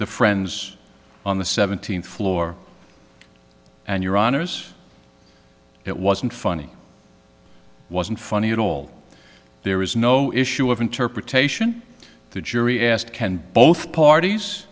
the friends on the seventeenth floor and your honors it wasn't funny wasn't funny at all there was no issue of interpretation the jury asked can both parties